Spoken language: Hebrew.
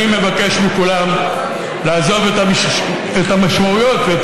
אני מבקש מכולם לעזוב את המשמעויות ואת